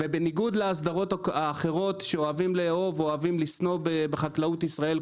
ובניגוד להסדרות האחרות שאוהבים לאהוב או אוהבים לשנוא בחקלאות ישראל,